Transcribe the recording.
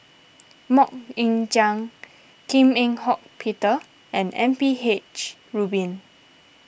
Mok Ying Jang Kim Eng Hock Peter and M P H Rubin